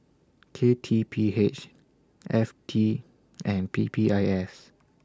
K T P H F T and P P I S